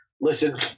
Listen